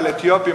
על אתיופים,